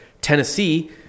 Tennessee